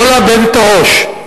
לא לאבד את הראש.